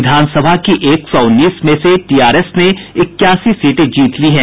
विधानसभा की एक सौ उन्नीस में से टीआरएस ने इक्यासी सीटें जीत ली है